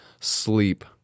sleep